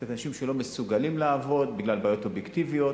אנשים שלא מסוגלים לעבוד בגלל בעיות אובייקטיביות,